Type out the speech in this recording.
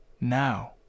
now